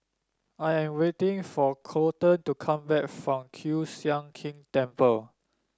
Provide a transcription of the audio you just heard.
I am waiting for Colten to come back from Kiew Sian King Temple